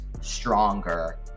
stronger